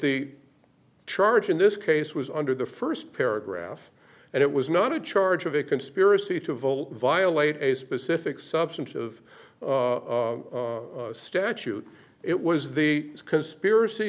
the charge in this case was under the first paragraph and it was not a charge of a conspiracy to vote violate a specific substantive statute it was the conspiracy